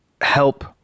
help